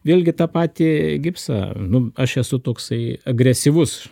vėlgi tą patį gipsą nu aš esu toksai agresyvus